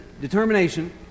determination